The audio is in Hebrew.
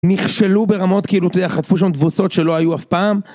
נכשלו ברמות כאילו, אתה יודע, חטפו שם דבוסות שלא היו אף פעם